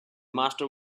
master